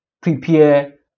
prepare